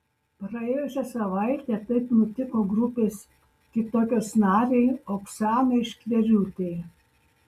praėjusią savaitę taip nutiko grupės kitokios narei oksanai šklėriūtei